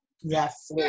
Yes